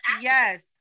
Yes